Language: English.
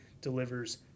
delivers